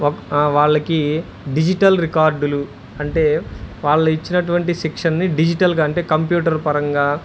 వాళ్ళకి digital records అంటే వాళ్ళు ఇచ్చినటువంటి శిక్షణని డిజిటల్గా అంటే కంప్యూటర్ పరంగా